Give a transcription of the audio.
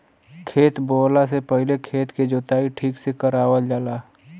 खेत बोवला से पहिले खेत के जोताई ठीक से करावल जाला